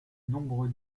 nombre